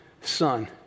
son